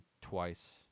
twice